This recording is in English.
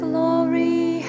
Glory